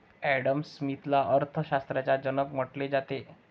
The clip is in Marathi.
ॲडम स्मिथला अर्थ शास्त्राचा जनक म्हटले जाते